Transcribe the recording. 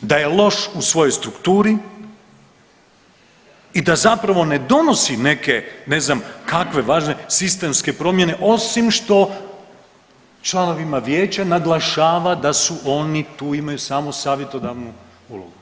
da je loš u svojoj strukturi i da zapravo ne donosi neke ne znam kakve važne sistemske promjene osim što članovima vijeća naglašava da su oni tu imaju samo savjetodavnu ulogu.